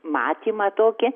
matymą tokį